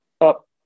up